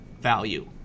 value